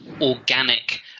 organic